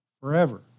Forever